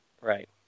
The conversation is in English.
Right